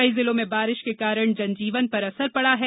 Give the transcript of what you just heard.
कई जिलों में बारिश के कारण जनजीवन पर असर पड़ा है